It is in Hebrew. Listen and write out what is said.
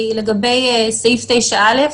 לגבי סעיף 9(א),